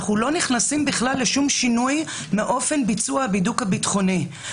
אנחנו לא נכנסים בכלל לשום שינוי מאופן ביצוע הבידוק הביטחוני.